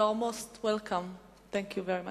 You are most welcome, Thank you very much.